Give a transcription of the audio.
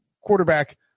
quarterback